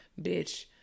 bitch